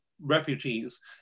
refugees